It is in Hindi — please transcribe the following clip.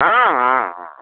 हाँ हाँ हाँ